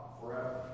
forever